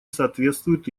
соответствуют